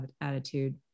attitude